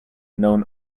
known